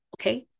okay